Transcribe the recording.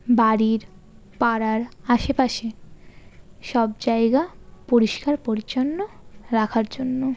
বাড়ির পাড়ার আশেপাশে সব জায়গা পরিষ্কার পরিচ্ছন্ন রাখার জন্য